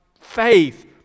faith